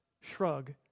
shrug